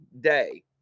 day